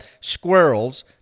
squirrels